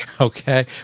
Okay